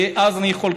ואז אני יכול,